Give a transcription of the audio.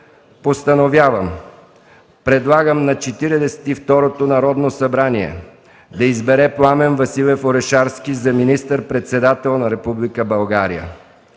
28 май 2013 г. предлагам на Народното събрание да избере Пламен Василев Орешарски за министър-председател на Република България”.